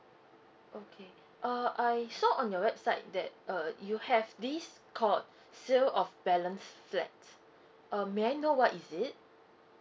okay uh I saw on your website that uh you have this called sale of balance flat um may I know what is it